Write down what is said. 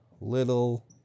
Little